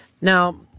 Now